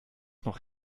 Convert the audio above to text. noch